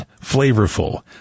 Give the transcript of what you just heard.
flavorful